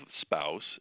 spouse